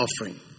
offering